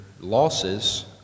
losses